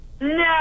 No